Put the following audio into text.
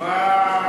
מה שאלת?